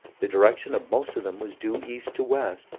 the direction of most of them was due east to west,